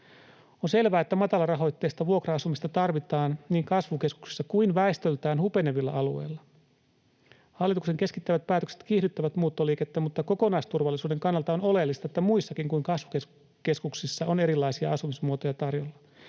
On selvää, että matalarahoitteista vuokra-asumista tarvitaan niin kasvukeskuksissa kuin väestöltään hupenevilla alueilla. Hallituksen keskittävät päätökset kiihdyttävät muuttoliikettä, mutta kokonaisturvallisuuden kannalta on oleellista, että muissakin kuin kasvukeskuksissa on erilaisia asumismuotoja tarjolla.